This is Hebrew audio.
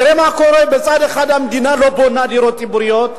תראה מה קורה: מצד אחד המדינה לא בונה דירות ציבוריות,